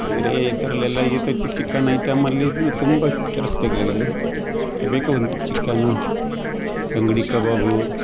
ಬೇರೆ ಇದ್ದರಲ್ಲೆಲ್ಲ ಇದು ಚಿಕನ್ ಐಟಮಲ್ಲಿ ಇನ್ನು ತುಂಬ ಬೇಕು ಒಂದು ಚಿಕನ್ ತಂಗ್ಡಿ ಕಬಾಬು